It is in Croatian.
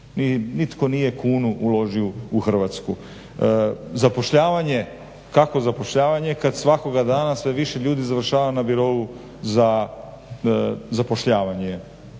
Nitko nije kunu uložio u Hrvatsku. Zapošljavanje. Kakvo zapošljavanje kad svakoga dana sve više ljudi završava na birou za zapošljavanje?